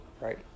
right